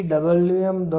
m